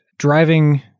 driving